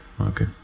Okay